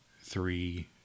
Three